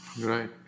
Right